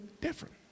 different